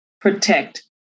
protect